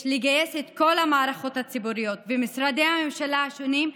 יש לגייס את כל המערכות הציבוריות ומשרדי הממשלה השונים,